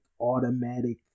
automatic